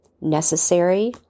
necessary